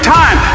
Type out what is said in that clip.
time